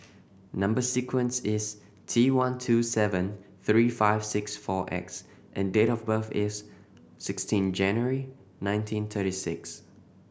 number sequence is T one two seven three five six four X and date of birth is sixteen January nineteen thirty six